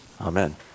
Amen